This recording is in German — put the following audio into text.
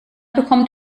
bekommt